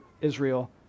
Israel